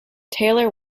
taylor